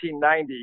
1990